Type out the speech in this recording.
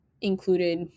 included